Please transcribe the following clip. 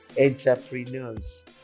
entrepreneurs